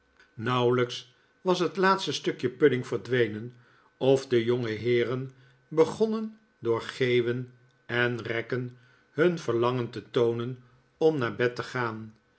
nauwelijks was het laatste stukje pudding verdwenen of de jongeheeren begonnen door geeuwen en rekken hun verlangen te toonen om naar bed te gaan